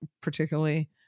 particularly